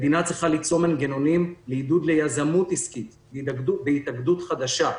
מדינה צריכה למצוא מנגנונים לעידוד יזמות עסקית בהתאגדות חדשה.